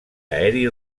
aeri